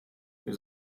wir